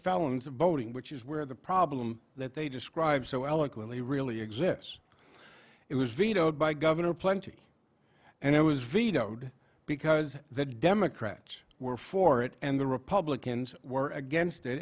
felons voting which is where the problem that they described so eloquently really exists it was vetoed by governor plenty and it was vetoed because the democrats were for it and the republicans were against it